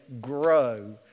grow